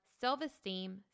self-esteem